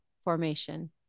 formation